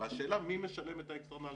והשאלה מי משלם את ה-externalities,